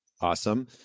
Awesome